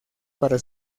para